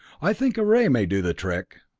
i think a ray may do the trick.